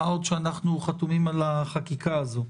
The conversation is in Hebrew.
מה עוד שאנחנו חתומים על החקיקה הזו.